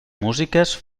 músiques